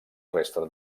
resta